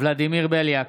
ולדימיר בליאק,